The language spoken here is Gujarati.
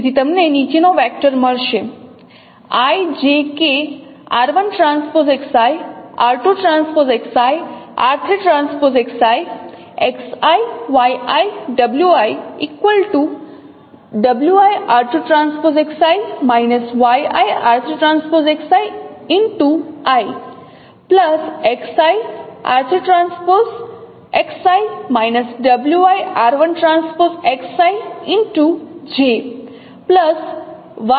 તેથી તમને નીચેનો વેક્ટર મળશે r2 ટ્રાન્સપોઝ Xi wi ગુણ્યા r2 transpose Xi minus yi ને r3 ટ્રાન્સપોઝ Xi wi ગુણ્યા i વત્તા મને આ ફોર્મમાંથી લખવા દો